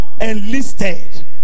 enlisted